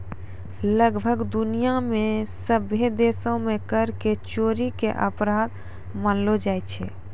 लगभग दुनिया मे सभ्भे देशो मे कर के चोरी के अपराध मानलो जाय छै